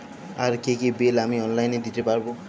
আর কি কি বিল আমি অনলাইনে দিতে পারবো?